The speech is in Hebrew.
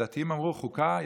הדתיים אמרו: חוקה?